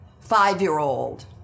five-year-old